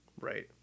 Right